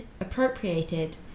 appropriated